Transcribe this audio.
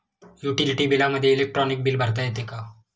Utility बिलामध्ये electronic bill भरता येते का?